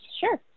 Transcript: Sure